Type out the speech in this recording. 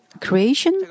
Creation